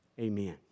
Amen